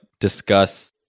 discuss